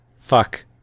Fuck